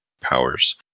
powers